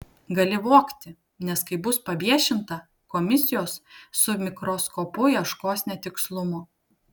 gali vogti nes kai bus paviešinta komisijos su mikroskopu ieškos netikslumo